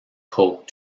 coke